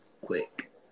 Quick